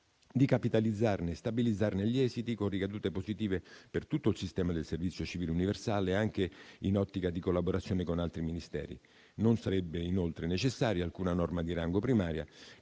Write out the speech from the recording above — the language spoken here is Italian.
di capitalizzarne e stabilizzarne gli esiti, con ricadute positive per tutto il sistema del servizio civile universale, anche in un'ottica di collaborazione con altri Ministeri. Non sarebbe, inoltre, necessaria alcuna norma di rango primario,